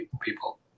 people